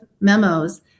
memos